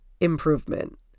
Improvement